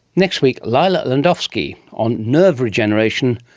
next week, lila landowski on nerve regeneration,